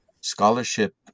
scholarship